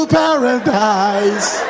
paradise